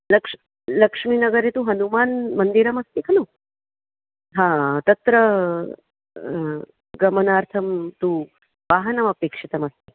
लक्ष् लक्ष्मीनगरे तु हनूमान् मन्दिरमस्ति खलु हा तत्र गमनार्थं तु वाहनमपेक्षितमस्ति